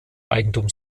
eigentum